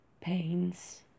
pains